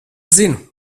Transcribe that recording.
zinu